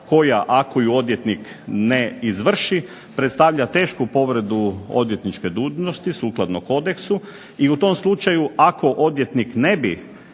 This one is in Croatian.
koja ako ju odvjetnik ne izvrši predstavlja tešku povredu odvjetničke dužnosti sukladno kodeksu i u tom slučaju ako odvjetnik ne bi